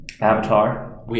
Avatar